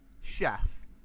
Chef